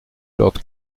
lord